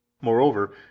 Moreover